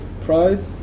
pride